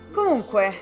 Comunque